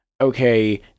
okay